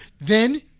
Then-